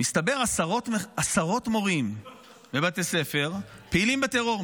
ומסתבר שעשרות מורים בבתי ספר פעילים בטרור.